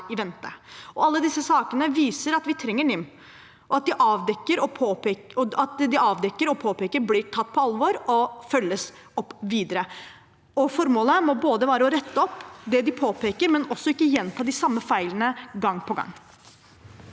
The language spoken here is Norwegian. Alle disse sakene viser at vi trenger NIM, og vi trenger at det de avdekker og påpeker, blir tatt på alvor og følges opp videre. Formålet må være å rette opp det de påpeker, men også ikke å gjenta de samme feilene gang på gang.